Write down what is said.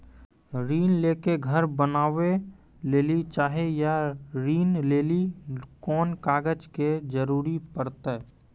ऋण ले के घर बनावे लेली चाहे या ऋण लेली कोन कागज के जरूरी परतै?